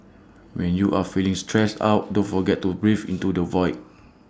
when you are feeling stressed out don't forget to breathe into the void